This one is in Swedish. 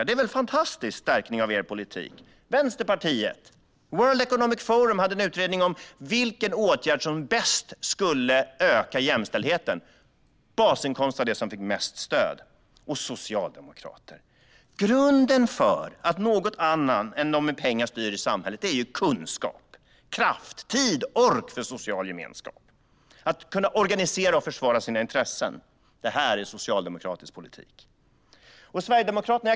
Detta är väl en fantastisk styrka för er politik? Vänsterpartiet! World Economic Forum gjorde en utredning om vilken åtgärd som bäst skulle öka jämställdheten. Basinkomst var det som fick mest stöd. Socialdemokrater! Grunden för att något annat än de med pengar styr i samhället är ju kunskap. Kraft, tid och ork för social gemenskap och att kunna organisera och försvara sina intressen är socialdemokratisk politik. Sverigedemokraterna!